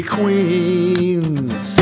Queens